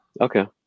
Okay